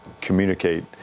communicate